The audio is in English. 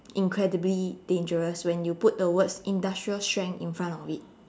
incredibly dangerous when you put the words industrial strength in front of it